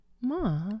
Ma